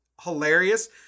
hilarious